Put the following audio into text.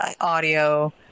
audio